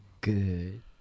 Good